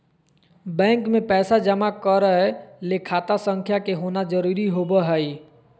bank मे पैसा जमा करय ले खाता संख्या के होना जरुरी होबय हई